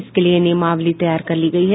इसके लिये नियमावली तैयार कर ली गयी है